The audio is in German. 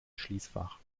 schließfach